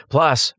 Plus